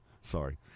Sorry